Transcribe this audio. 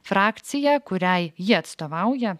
frakcija kuriai ji atstovauja